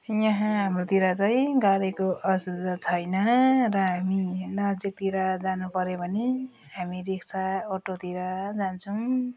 यहाँ हाम्रोतिर चाहिँ गाडीको असुविधा छैन र हमी नजिकतिर जानु पर्यो भने हामी रिक्सा अटोतिर जान्छौँ